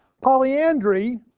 Polyandry